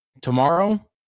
Tomorrow